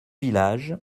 village